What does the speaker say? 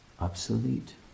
obsolete